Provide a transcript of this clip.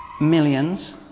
millions